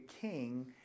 king